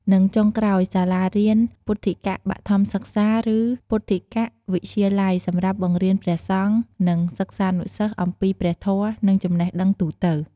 និងចុងក្រោយសាលារៀនពុទ្ធិកបឋមសិក្សា ឬពុទ្ធិកវិទ្យាល័យសម្រាប់បង្រៀនព្រះសង្ឃ និងសិស្សានុសិស្សអំពីព្រះធម៌ និងចំណេះដឹងទូទៅ។